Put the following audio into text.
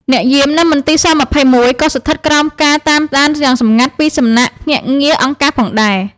អ្នកយាមនៅមន្ទីរស-២១ ក៏ស្ថិតក្រោមការតាមដានយ៉ាងសម្ងាត់ពីសំណាក់ភ្នាក់ងារអង្គការផងដែរ។